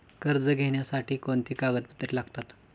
कर्ज घेण्यासाठी कोणती कागदपत्रे लागतात?